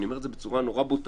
אני אומר את זה בצורה נורא בוטה,